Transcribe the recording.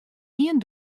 ien